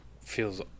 Feels